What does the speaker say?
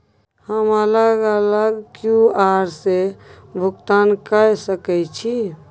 हम अलग अलग क्यू.आर से भुगतान कय सके छि?